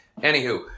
Anywho